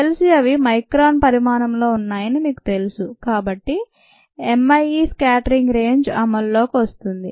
cells అవి micron పరిమాణంలో ఉన్నాయని మీకు తెలుసు కాబట్టి Mie స్కాటరింగ్ రేంజ్ అమల్లోకి వస్తుంది